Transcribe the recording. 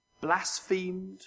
blasphemed